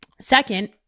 Second